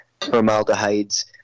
formaldehydes